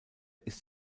ist